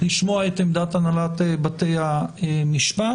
לשמוע את עמדת הנהלת בתי המשפט,